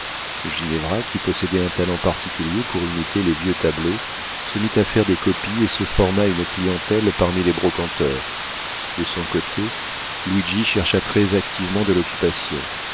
ginevra qui possédait un talent particulier pour imiter les vieux tableaux se mit à faire des copies et se forma une clientèle parmi les brocanteurs de son côté luigi chercha très activement de l'occupation